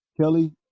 Kelly